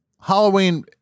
Halloween